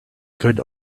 good